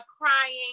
crying